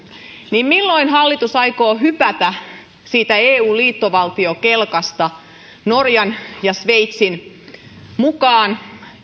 niin milloin hallitus aikoo hypätä siitä eun liittovaltiokelkasta norjan ja sveitsin mukaan